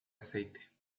aceite